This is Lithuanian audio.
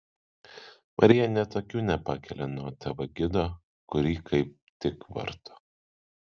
marija net akių nepakelia nuo tv gido kurį kaip tik varto